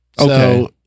Okay